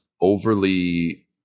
overly